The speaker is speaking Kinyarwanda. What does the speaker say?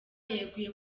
yeguye